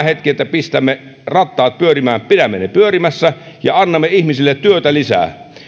hetki että pistämme rattaat pyörimään pidämme ne pyörimässä ja annamme ihmisille työtä lisää